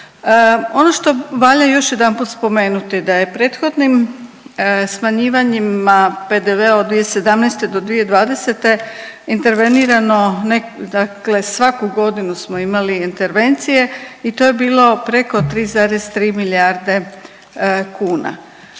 Ono što valja još jedanput spomenuti da je prethodnim smanjivanjima PDV-a od 2017. do 2020. intervenirano, dakle svaku godinu smo imali intervencije i to je bilo preko 3,3 milijarde kuna.